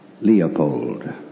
Leopold